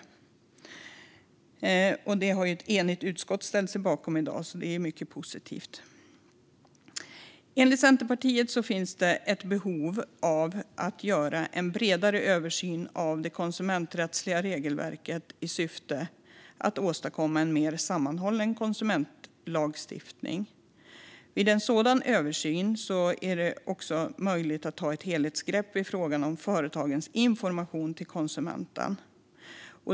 Ett enigt utskott har i dag ställt sig bakom deras yrkande, så det är ju mycket positivt. Enligt Centerpartiet finns det ett behov av att göra en bredare översyn av det konsumenträttsliga regelverket i syfte att åstadkomma en mer sammanhållen konsumentlagstiftning. Vid en sådan översyn är det också möjligt att ta ett helhetsgrepp i frågan om företagens information till konsumenten.